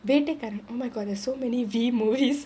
Vettaikaaran oh my god there's so many V movies